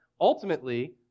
ultimately